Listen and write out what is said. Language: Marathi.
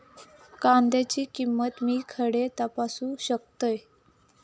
कांद्याची किंमत मी खडे तपासू शकतय?